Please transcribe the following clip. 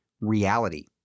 reality